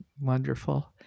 Wonderful